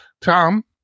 Tom